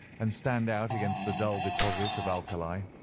and stand out against the dull deposit of alkali.